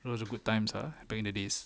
it was a good times ah back in the days